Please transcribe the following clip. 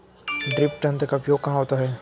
Drip तंत्र का उपयोग कहाँ होता है?